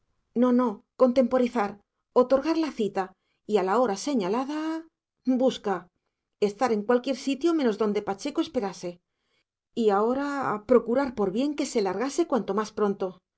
no no contemporizar otorgar la cita y a la hora señalada busca estar en cualquier sitio menos donde pacheco esperase y ahora procurar por bien que se largase cuanto más pronto